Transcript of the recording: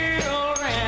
children